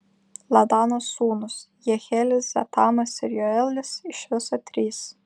ladano sūnūs jehielis zetamas ir joelis iš viso trys